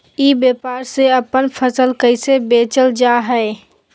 ई व्यापार से अपन फसल कैसे बेचल जा हाय?